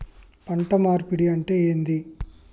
పంట మార్పిడి అంటే ఏంది?